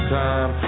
time